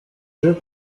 jeux